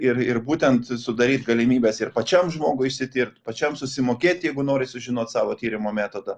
ir ir būtent sudaryt galimybes ir pačiam žmogui išsitirt pačiam susimokėt jeigu nori sužinot savo tyrimo metodą